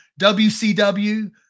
WCW